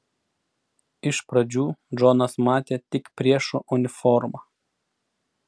iš pradžių džonas matė tik priešo uniformą